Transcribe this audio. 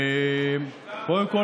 קודם כול,